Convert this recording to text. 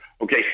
Okay